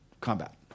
combat